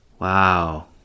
Wow